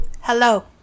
Hello